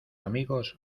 amigos